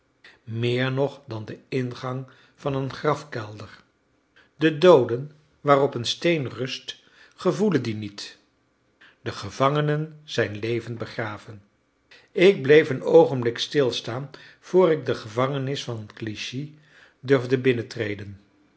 meer nog dan de ingang van een grafkelder de dooden waarop een steen rust gevoelen dien niet de gevangenen zijn levend begraven ik bleef een oogenblik stilstaan vr ik de gevangenis van clichy durfde binnentreden